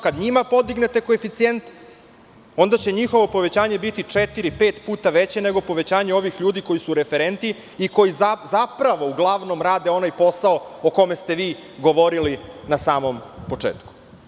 Kad njima podignete koeficijent, onda će njihovo povećanje biti četiri, pet puta veće nego povećanje ovih ljudi koji su referenti i koji zapravo uglavnom rade onaj posao o kome ste vi govorili na samom početku.